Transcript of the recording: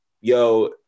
yo